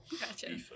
Gotcha